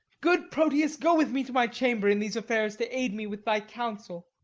good proteus, go with me to my chamber, in these affairs to aid me with thy counsel.